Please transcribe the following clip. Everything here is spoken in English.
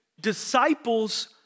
Disciples